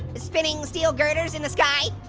spinning steel girders in the sky.